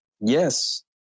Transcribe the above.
yes